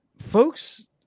folks –